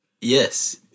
Yes